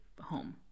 home